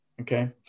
Okay